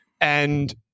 And-